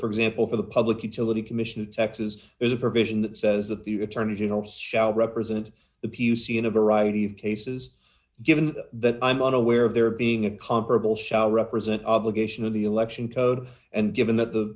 for example for the public utility commission of texas there's a provision that says that the attorney general says shall represent the p c in a variety of cases given that i'm unaware of there being a comparable shall represent obligation of the election code and given that the